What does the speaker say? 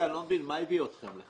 הביא אתכם לכאן?